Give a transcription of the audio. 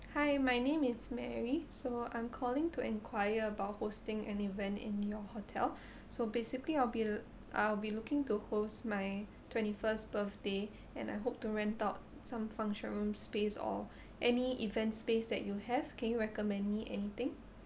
hi my name is mary so I'm calling to enquire about hosting an event in your hotel so basically I'll be I'll be looking to host my twenty first birthday and I hope to rent out some function room space or any event space that you have can you recommend me anything